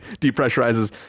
depressurizes